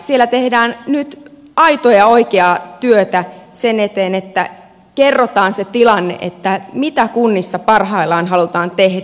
siellä tehdään nyt aitoa ja oikeaa työtä sen eteen että kerrotaan se tilanne mitä kunnissa parhaillaan halutaan tehdä